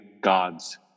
God's